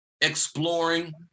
exploring